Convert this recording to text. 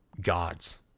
God's